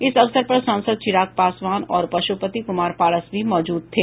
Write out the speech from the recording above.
इस अवसर पर सांसद चिराग पासवान और पश्पति कुमार पारस भी मौजूद थे